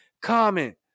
Comment